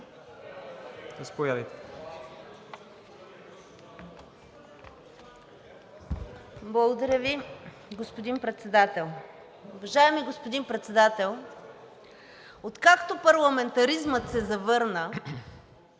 Благодаря Ви, господин Председател. Уважаеми господин Председател, откакто парламентаризмът се завърна,